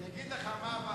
אני אגיד לך מה הבעיה.